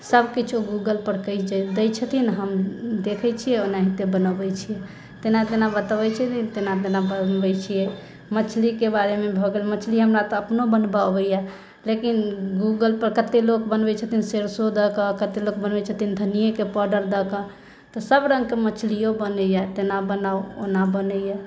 सब किछु ओ गूगल पर कहैत छै दै छथिन हम देखैत छियै ओनाहिते बनबैत छियै केना केना बतबैत छथिन तेना तेना बनबैत छियै मछलीके बारेमे भए गेल मछली हमरा तऽ अपनो बनबऽ अबैया लेकिन गूगल पर कते लोक बनबैत छथिन सरसों दऽ कऽ कते लोक बनबैत छथिन धनिएके पाउडर दऽ कऽ तऽ सब रङ्गके मछलियो बनैया तेना बनाउ ओना बनैया